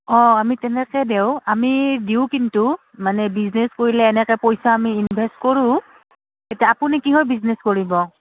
অঁ আমি তেনেকৈ দিওঁ আমি দিওঁ কিন্তু মানে বিজনেছ কৰিলে এনেকৈ পইচা আমি ইনভেষ্ট কৰোঁ এতিয়া আপুনি কিহৰ বিজনেছ কৰিব